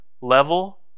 level